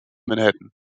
manhattan